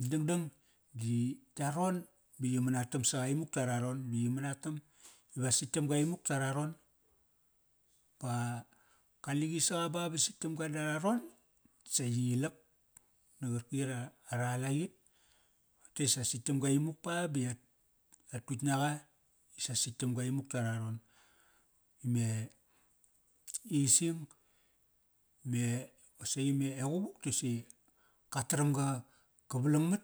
Dangdang di yaron ba yi manatam saqa imuk tararon. Ba yi manatam ive sitkam ga imuk tararon. Ba qa, kaliqi saqa ba, ba sitkam ga dararon, sa yi i lak, na qarkit at, aralaqit. Tote sa sitkam ga imuk pa ba ya, ya tutk naqa. Isa satkam ga imuk tararon. Ime, ising, me qosaqi me e quvuk dosi, ka taram ga, ka valangmat,